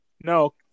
No